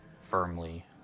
firmly